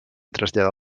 traslladar